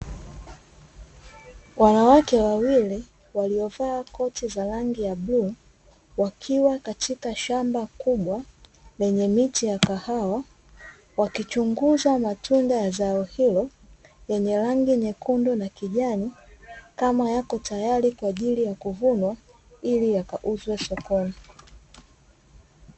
Wanawake wawili waliovaa koti za rangi ya bluu, wakiwa katika shamba kubwa la miti ya kahawa wakichunguza matunda ya zao hilo lenye rangi nyekundu na kijani kama yako tayari kwa ajili ya kuvunwa ili yakauzwe sokoni.